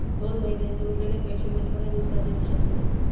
दोन महिन्यांचे उरलेले पैशे मी थोड्या दिवसा देव शकतय?